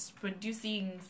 producing